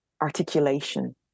articulation